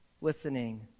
listening